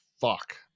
Fuck